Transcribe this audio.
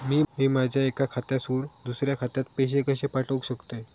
मी माझ्या एक्या खात्यासून दुसऱ्या खात्यात पैसे कशे पाठउक शकतय?